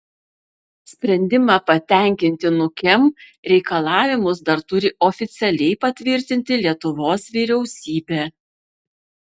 sprendimą patenkinti nukem reikalavimus dar turi oficialiai patvirtinti lietuvos vyriausybė